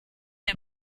der